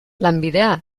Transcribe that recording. lanbidea